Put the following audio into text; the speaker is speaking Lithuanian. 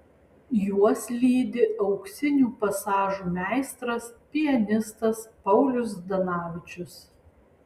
juos lydi auksinių pasažų meistras pianistas paulius zdanavičius